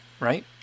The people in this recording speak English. Right